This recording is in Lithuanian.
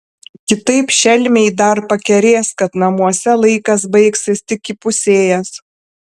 kitaip šelmiai dar pakerės kad namuose laikas baigsis tik įpusėjęs